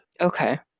Okay